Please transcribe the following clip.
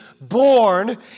born